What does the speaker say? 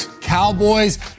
Cowboys